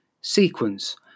sequence